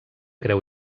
creu